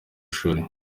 ishuri